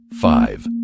five